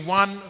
one